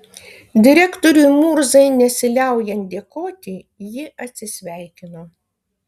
direktoriui murzai nesiliaujant dėkoti ji atsisveikino